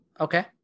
Okay